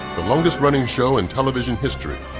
the longest-running show in television history,